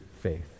faith